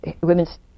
women's